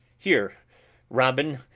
here robin,